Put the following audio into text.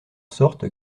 sorte